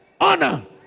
honor